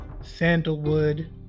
sandalwood